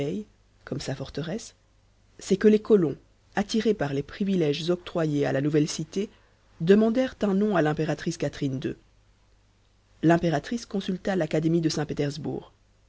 comme sa forteresse c'est que les colons attirés par les privilèges octroyés à la nouvelle cité demandèrent un nom à l'impératrice catherine ii l'impératrice consulta l'académie de saint-pétersbourg